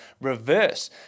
reverse